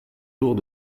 jours